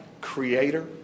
creator